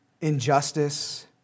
injustice